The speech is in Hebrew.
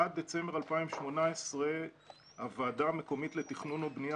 עד דצמבר 2018 הוועדה המקומית לתכנון ובנייה